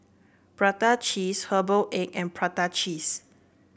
Prata Cheese Herbal Egg and Prata Cheese